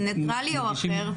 ניטרלי או אחר?